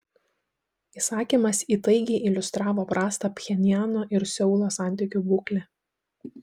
įsakymas įtaigiai iliustravo prastą pchenjano ir seulo santykių būklę